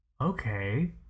Okay